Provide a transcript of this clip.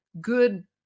good